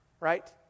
right